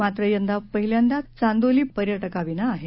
मात्र यंदा पहिल्यांदाच चांदोली पर्यटका विना आहे